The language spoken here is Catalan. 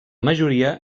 majoria